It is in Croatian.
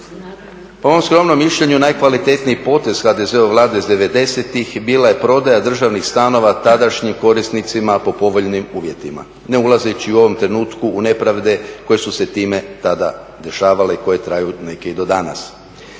Po mom skromnom mišljenju najkvalitetniji potez HDZ-ove Vlade iz '90.-ih bila je prodaja državnih stanova tadašnjim korisnicima po povoljnim uvjetima, ne ulazeći u ovom trenutku u nepravde koje su se time tada dešavale i koje traju neke i do danas.